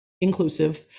inclusive